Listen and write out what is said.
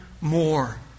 more